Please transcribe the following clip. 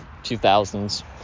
2000s